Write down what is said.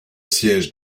siège